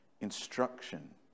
Instruction